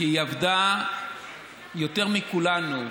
כי היא עבדה יותר מכולנו,